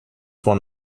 one